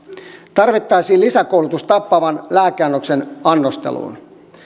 tarvittaisiin lisäkoulutus tappavan lääkeannoksen annosteluun